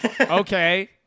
Okay